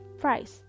price